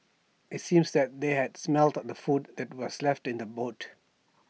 IT seemed that they had smelt the food that was left in the boot